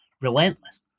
relentless